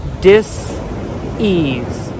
Dis-ease